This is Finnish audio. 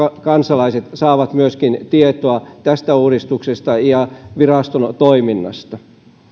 kansalaiset saavat myöskin tietoa tästä uudistuksesta ja viraston toiminnasta